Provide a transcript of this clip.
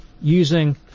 using